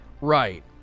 right